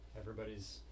Everybody's